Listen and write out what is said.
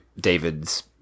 David's